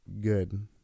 Good